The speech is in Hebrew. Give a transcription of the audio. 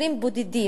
מקרים בודדים,